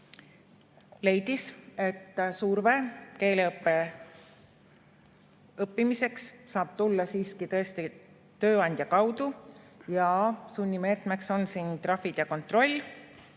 leidis, et surve õppimiseks saab tulla siiski tööandja kaudu ja sunnimeetmeks on siin trahvid ja kontroll